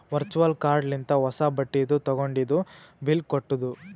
virtual card ಲಿಂತ ಹೊಸಾ ಬಟ್ಟಿದು ತಗೊಂಡಿದು ಬಿಲ್ ಕಟ್ಟುದ್